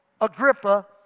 Agrippa